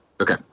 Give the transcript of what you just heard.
Okay